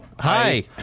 Hi